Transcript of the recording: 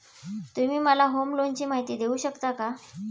तुम्ही मला होम लोनची माहिती देऊ शकता का?